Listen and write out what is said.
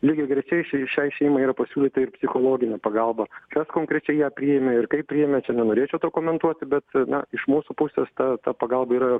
lygiagrečiai šiai šiai šeimai yra pasiūlyta ir psichologinė pagalba kas konkrečiai ją priėmė ir kaip priėmė čia nenorėčiau to komentuoti bet na iš mūsų pusės ta ta pagalba yra